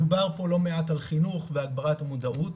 דובר פה לא מעט על חינוך והגברת המודעות.